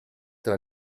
tra